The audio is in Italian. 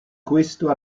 questo